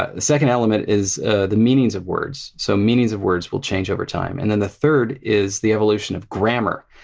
ah the second element is ah the meanings of words. so meanings of words will change over time. and then the third is the evolution of grammar,